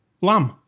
lamb